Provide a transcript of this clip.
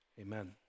Amen